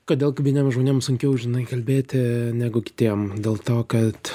kodėl vieniem žmonėm sunkiau žinai kalbėti negu kitiem dėl to kad